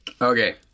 okay